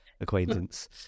acquaintance